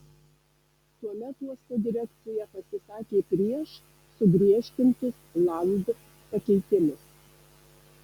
tuomet uosto direkcija pasisakė prieš sugriežtintus land pakeitimus